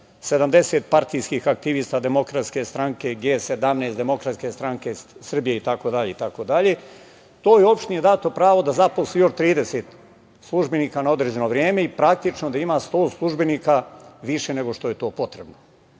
70 partijskih aktivista Demokratske stranke, G 17, Demokratske stranke Srbije itd, itd, toj opštini je dato pravo da zaposli još 30 službenika na određeno vreme i praktično da ima 100 službenika više nego što je to potrebno